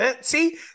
see